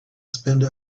spend